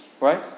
right